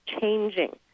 changing